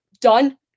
done